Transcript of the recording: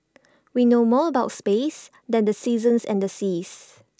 we know more about space than the seasons and the seas